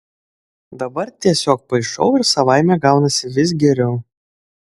dabar tiesiog paišau ir savaime gaunasi vis geriau